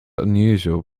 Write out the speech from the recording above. unusual